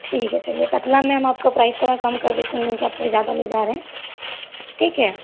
ठीक है चलिए कतला में मैं आपका प्राइस थोड़ा कम कर देती हूँ क्योंकि आप थोड़ी ज़्यादा ले जा रहे हैं ठीक है